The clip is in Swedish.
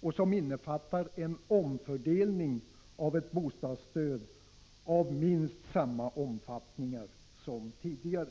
och som innefattar en omfördelning av ett bostadsstöd av minst samma omfattning som tidigare.